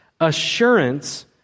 assurance